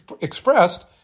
expressed